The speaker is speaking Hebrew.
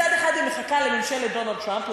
מצד אחד היא מחכה לממשלת דונלד טראמפ,